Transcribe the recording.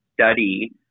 study